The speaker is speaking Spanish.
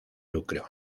lucro